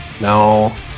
no